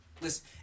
Listen